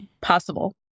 Possible